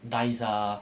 dice ah